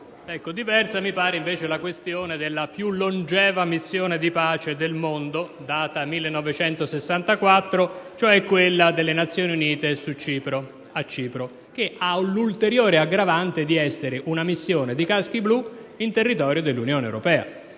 diversa mi pare la questione della più longeva missione di pace del mondo (risale al 1964), cioè quella delle Nazioni Unite a Cipro, che ha l'ulteriore aggravante di essere una missione dei caschi blu nel territorio dell'Unione europea.